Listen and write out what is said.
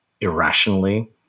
irrationally